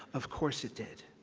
of course, it did.